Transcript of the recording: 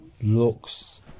looks